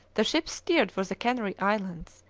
the ships steered for the canary islands,